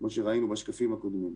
כמו שראינו בשקפים הקודמים.